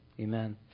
Amen